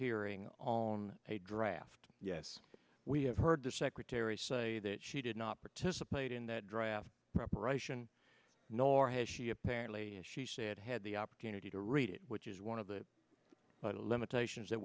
hearing on a draft yes we have heard the secretary say that she did not participate in that draft preparation nor has she apparently as she said had the opportunity to read it which is one of the limitations that